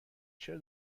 چرا